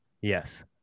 Yes